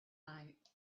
night